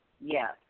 Yes